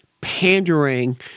pandering